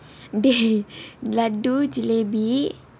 dey laddoo jelebi